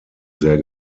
sehr